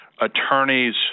attorneys